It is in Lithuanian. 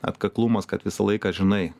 atkaklumas kad visą laiką žinai